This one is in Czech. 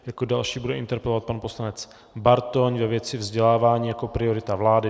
Jako další bude interpelovat pan poslanec Bartoň ve věci vzdělávání jako priorita vlády.